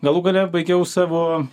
galų gale baigiau savo